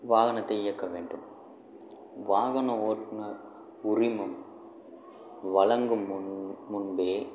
வாகனத்தை இயக்க வேண்டும் வாகன ஓட்டுநர் உரிமம் வழங்கும் முன் முன்பே